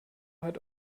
hat